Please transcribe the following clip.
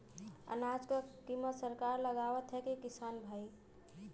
अनाज क कीमत सरकार लगावत हैं कि किसान भाई?